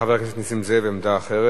בבקשה, חבר הכנסת נסים זאב, עמדה אחרת.